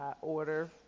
order